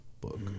book